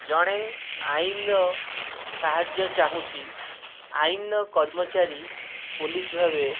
ଜଣେ ଆଇନ୍ର ସାହାଯ୍ୟ ଚାହୁଁଛି ଆଇନ୍ର କର୍ମଚାରୀ ପୋଲିସ ଭାବେ